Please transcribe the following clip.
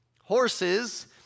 Horses